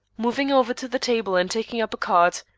moving over to the table and taking up a card.